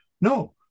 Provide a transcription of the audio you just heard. No